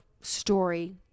story